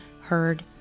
heard